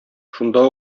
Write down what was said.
шунда